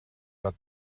got